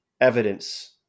evidence